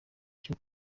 cyo